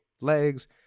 legs